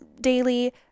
daily